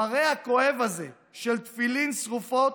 המראה הכואב הזה של תפילין שרופות